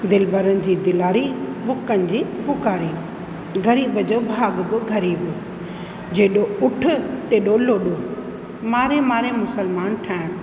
दिलिबरनि जी दिलाड़ी बुकनि जी पुकारी ग़रीबु जो भाॻ बि ग़रीबु जेड़ो ऊठ तेड़ो लोॾो मारे मारे मुसलमान ठाइण